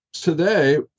today